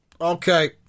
Okay